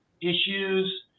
issues